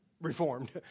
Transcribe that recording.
reformed